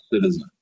citizen